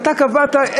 אתה קבעת?